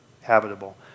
habitable